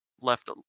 left